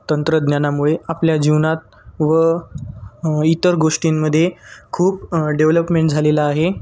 तंत्रज्ञानामुळे आपल्या जीवनात व इतर गोष्टींमध्ये खूप डेव्हलपमेंट झालेला आहे